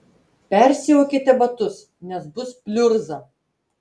persiaukite batus nes bus pliurza